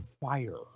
fire